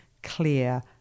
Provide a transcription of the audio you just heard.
clear